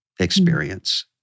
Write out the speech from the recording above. experience